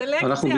סלקציה.